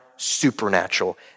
supernatural